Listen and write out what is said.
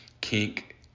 kink